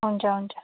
हुन्छ हुन्छ